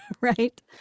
right